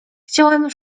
chciałem